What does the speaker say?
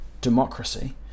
democracy